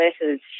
letters